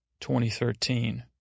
2013